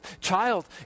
Child